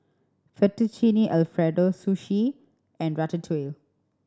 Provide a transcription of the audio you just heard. Fettuccine Alfredo Sushi and Ratatouille